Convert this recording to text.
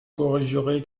corrigerez